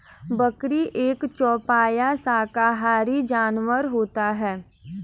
बकरी एक चौपाया शाकाहारी जानवर होता है